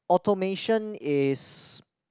automation is